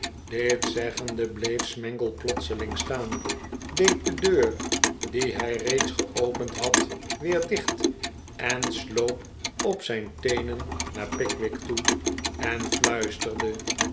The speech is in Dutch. dit zeggende bleef smangle plotseling staan deed de deur die hij reeds geopend had weer dicht en sloop op zijn teenen naar pickwick toe en fluisterde